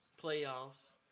playoffs